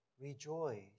rejoice